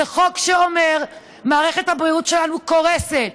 זה חוק שאומר: מערכת הבריאות שלנו קורסת.